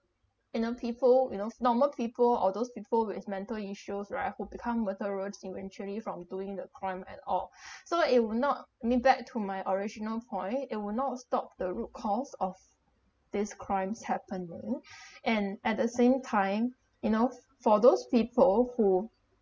you know people you know normal people or those people with mental issues right who become murderers eventually from doing the crime at all so it will not I mean back to my original point it will not stop the root cause of this crimes happening and at the same time you know for those people who